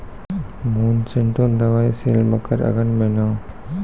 Monsanto दवाई sale मकर अघन महीना,